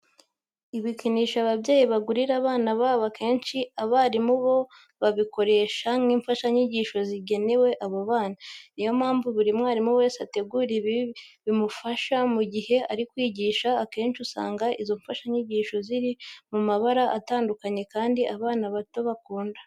Ibikinisho ababyeyi bagurira abana babo akenshi abarimu bo babikoresha nk'imfashanyigisho zigenewe abo bana. Ni yo mpamvu buri mwarimu wese ategura ibiri bumufashe mu gihe ari kwigisha. Akenshi usanga izo mfashanyigisho ziri mu mabara atandukanye kandi abana bato bakunda.